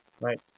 right